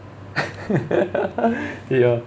ya